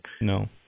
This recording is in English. No